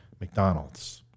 McDonald's